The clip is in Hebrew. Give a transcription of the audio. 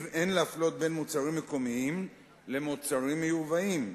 אין להפלות בין מוצרים מקומיים למוצרים מיובאים.